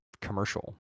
commercial